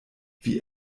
wie